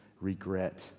regret